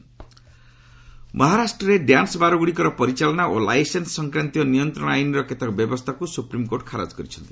SC dance bar ମହାରାଷ୍ଟ୍ରରେ ଡ୍ୟାନ୍ୱବାର୍ଗୁଡ଼ିକର ପରିଚାଳନା ଓ ଲାଇସେନ୍ସ ସଂକ୍ରାନ୍ତୀୟ ନିୟନ୍ତ୍ରଣ ଆଇନ୍ର କେତେକ ବ୍ୟବସ୍ଥାକୁ ସୁପ୍ରିମ୍କୋର୍ଟ ଖାରଜ କରିଛନ୍ତି